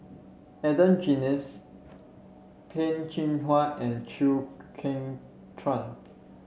Adan Jimenez Peh Chin Hua and Chew Kheng Chuan